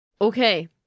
okay